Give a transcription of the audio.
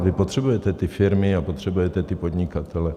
Vy potřebujete ty firmy a potřebujete ty podnikatele.